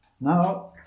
Now